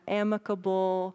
amicable